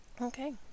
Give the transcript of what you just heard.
Okay